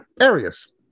areas